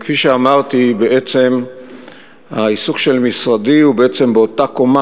כפי שאמרתי, בעצם העיסוק של משרדי הוא באותה קומה